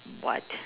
what